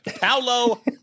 Paolo